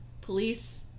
police